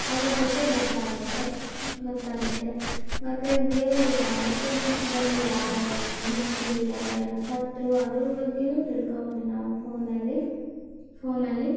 ಅದ್ರ ಬಗ್ಗೆ ಗೊತ್ತಾಗುತ್ತೆ ಗೊತ್ತಾಗುತ್ತೆ ಮತ್ತೆ ಬೇ ಇತಿಹಾಸದಲ್ಲಿ ಯಾರ್ಯಾರು ಇದ್ದರು ಯಾರ್ಯಾರು ಸತ್ತರು ಅದರ ಬಗ್ಗೆಯೂ ತಿಳ್ಕೋಬೋದು ನಾವು ಫೋನಲ್ಲಿ ಫೋನಲ್ಲಿ